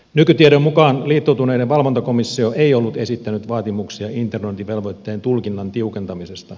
nykytiedon mukaan liittoutuneiden valvontakomissio ei ollut esittänyt vaatimuksia internointivelvoitteen tulkinnan tiukentamisesta